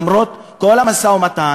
למרות כל המשא-ומתן,